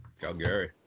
Calgary